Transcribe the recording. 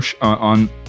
on